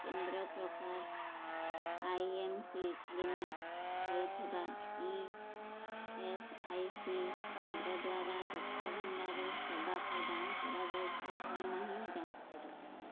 କେନ୍ଦ୍ର ପ୍ରକାର I M P clinic ହୋଇଥିବା ଇ ଏସ୍ ଆଇ ସି କେନ୍ଦ୍ର ଦ୍ୱାରା ରକ୍ତ ଭଣ୍ଡାର ସେବା ପ୍ରଦାନ କରାଯାଉଛି କି ନାହିଁ ଯାଞ୍ଚ କର